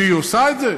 והיא עושה את זה.